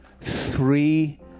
three